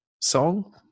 song